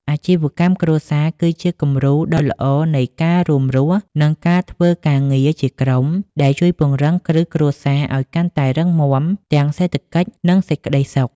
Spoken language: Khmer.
អាជីវកម្មគ្រួសារគឺជាគំរូដ៏ល្អនៃការរួមរស់ និងការធ្វើការងារជាក្រុម ដែលជួយពង្រឹងគ្រឹះគ្រួសារឱ្យកាន់តែរឹងមាំទាំងសេដ្ឋកិច្ច និងសេចក្ដីសុខ។